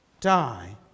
die